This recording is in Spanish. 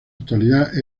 actualidad